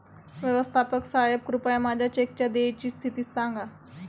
व्यवस्थापक साहेब कृपया माझ्या चेकच्या देयची स्थिती सांगा